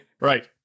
Right